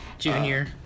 Junior